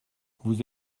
vous